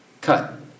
Cut